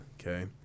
okay